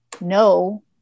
no